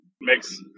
makes